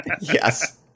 yes